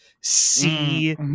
see